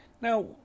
Now